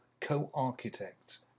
co-architects